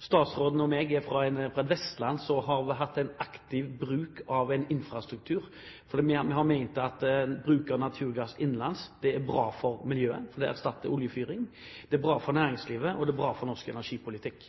Statsråden og jeg er fra Vestlandet, som har hatt en aktiv bruk av infrastruktur. Vi har ment at bruk av naturgass innenlands er bra for miljøet, for det erstatter oljefyring. Det er bra for næringslivet, og det er bra for norsk energipolitikk.